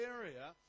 area